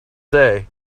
day